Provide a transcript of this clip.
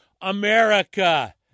America